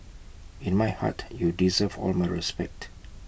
in my heart you deserve all my respect